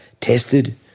tested